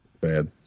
Bad